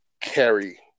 carry